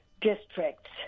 districts